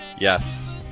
Yes